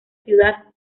ciudad